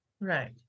Right